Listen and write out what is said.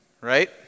right